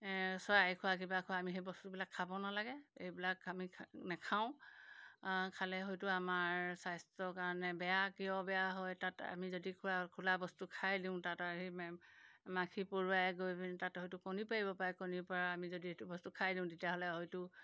চৰায়ে খোৱা কিবা খোৱা আমি সেই বস্তুবিলাক খাব নালাগে এইবিলাক আমি নেখাওঁ খালে হয়তো আমাৰ স্বাস্থ্যৰ কাৰণে বেয়া কিয় বেয়া হয় তাত আমি যদি খোৱা খোলা বস্তু খাই দিওঁ তাত আৰু সেই মাখি পৰুৱাই গৈ পিনি তাত হয়তো কণীও পাৰিব পাৰে কণীৰপৰা আমি যদি সেইটো বস্তু খাই দিওঁ তেতিয়াহ'লে হয়তো